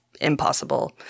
impossible